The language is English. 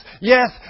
yes